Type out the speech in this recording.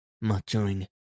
muttering